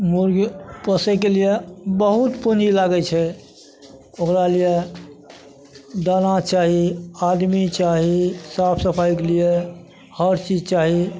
मुर्गी पोसैके लिये बहुत पूँजी लागै छै ओकरा लिये दाना चाही आदमी चाही साफ सफाइके लिये हर चीज चाही